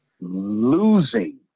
Losing